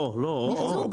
או-או, לא, או-או.